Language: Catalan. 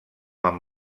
amb